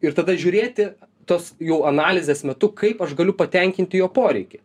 ir tada žiūrėti tos jų analizės metu kaip aš galiu patenkinti jo poreikį